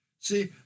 See